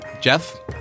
Jeff